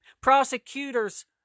prosecutors